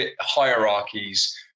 hierarchies